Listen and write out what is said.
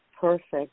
perfect